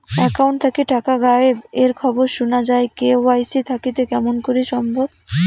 Account থাকি টাকা গায়েব এর খবর সুনা যায় কে.ওয়াই.সি থাকিতে কেমন করি সম্ভব?